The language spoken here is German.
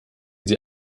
sie